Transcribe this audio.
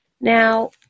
now